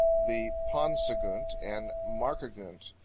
the paunsagunt and markagunt.